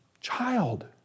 child